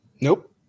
Nope